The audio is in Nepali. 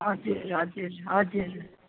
हजुर हजुर हजुर